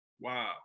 Wow